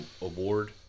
award